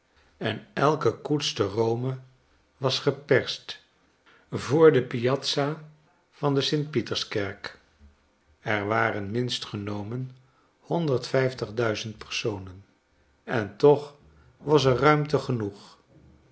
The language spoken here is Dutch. en elke koets te rome was geprest voordepiazza van de st pieterskerk er waren minst genomen honderdvijftig duizend personen en toch was er ruimte genoeg